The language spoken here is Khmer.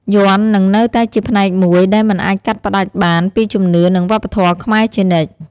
យ័ន្តនឹងនៅតែជាផ្នែកមួយដែលមិនអាចកាត់ផ្ដាច់បានពីជំនឿ និងវប្បធម៌ខ្មែរជានិច្ច។